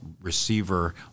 receiver